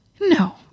No